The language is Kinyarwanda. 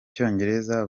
cyongereza